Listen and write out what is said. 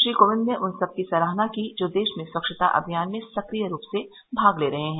श्री कोविंद ने उन सबकी सराहना की जो देश में स्वच्छता अभियान में सक्रिय रूप से भाग ले रहे है